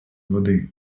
води